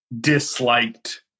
disliked